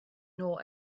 nor